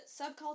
subculture